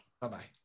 bye-bye